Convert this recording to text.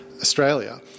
Australia